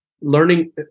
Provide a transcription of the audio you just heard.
Learning